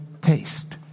taste